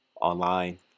online